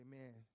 Amen